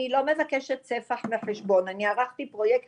אני לא מבקשת ספח מהחשבון, אני ערכתי פרויקט